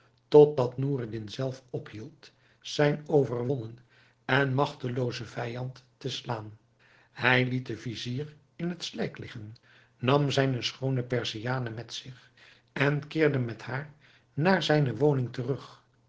totdat noureddin zelf ophield zijn overwonnen en magteloozen vijand te slaan hij liet den vizier in het slijk liggen nam zijne schoone perziane met zich en keerde met haar naar zijne woning terug